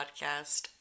podcast